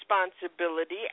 responsibility